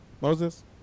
Moses